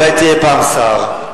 אולי תהיה פעם שר,